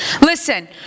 Listen